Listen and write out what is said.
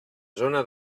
zona